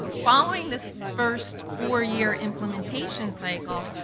following this first four-year implementation cycle,